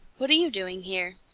what are you doing here?